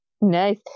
Nice